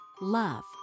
love